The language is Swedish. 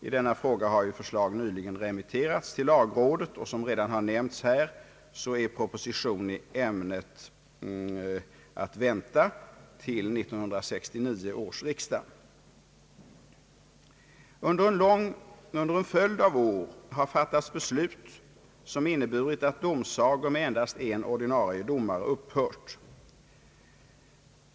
I denna fråga har förslag nyligen remitterats till lagrådet, och som redan har nämnts är proposition i ämnet att vänta till 1969 års riksdag. Under en följd av år har fattats beslut som inneburit att domsagor med endast en ordinarie domare upphört.